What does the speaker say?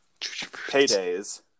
paydays